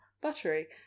buttery